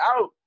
out